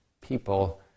people